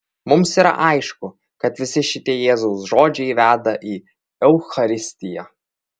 mums yra aišku kad visi šitie jėzaus žodžiai veda į eucharistiją